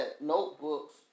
notebooks